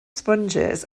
sponges